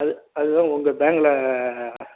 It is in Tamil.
அது அதுதான் உங்கள் பேங்கில்